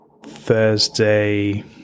Thursday